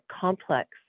complex